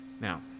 Now